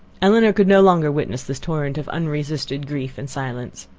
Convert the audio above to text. elinor could no longer witness this torrent of unresisted grief in silence.